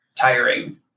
tiring